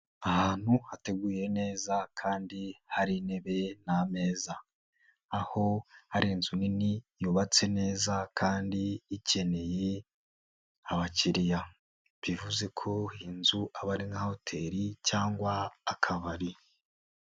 Ahantu hateguye neza kandi hari intebe n'ameza. Aho ari inzu nini yubatse neza kandi ikeneye abakiriya. Bivuze ko inzu aba ari nka hoteri cyangwa akabari.